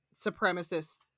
supremacists